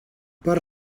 per